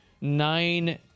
nine